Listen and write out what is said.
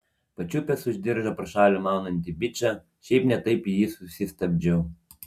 pačiupęs už diržo pro šalį maunantį bičą šiaip ne taip jį susistabdžiau